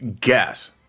guess